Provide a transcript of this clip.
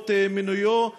נסיבות מינויו.